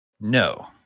No